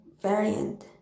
variant